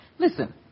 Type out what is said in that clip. Listen